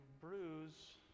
bruise